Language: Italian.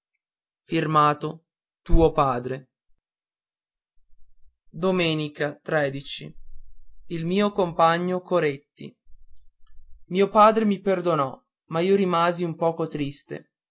ricambiare col cuore il mio compagno oretti dì io padre mi perdonò ma io rimasi un poco triste